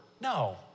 No